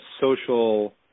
social